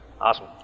Awesome